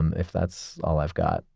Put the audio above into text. and if that's all i've got,